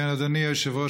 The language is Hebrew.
אדוני היושב-ראש,